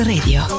Radio